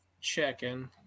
Checking